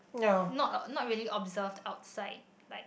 not not really observed outside like